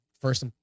First